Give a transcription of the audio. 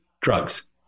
drugs